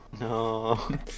No